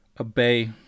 obey